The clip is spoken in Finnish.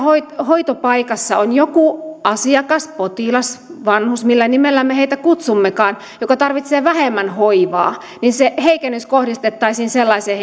hoitopaikassa on joku asiakas potilas vanhus millä nimellä me heitä kutsummekaan joka tarvitsee vähemmän hoivaa niin se heikennys kohdistettaisiin sellaiseen